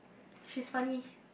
she's funny